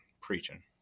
preaching